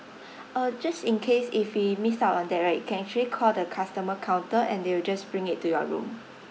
uh just in case if we miss out on that right you can actually call the customer counter and they will just bring it to your room